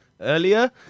earlier